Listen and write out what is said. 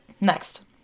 Next